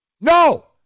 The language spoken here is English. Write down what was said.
No